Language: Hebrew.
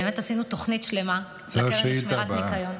באמת עשינו תוכנית שלמה לקרן לשמירת ניקיון,